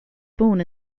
born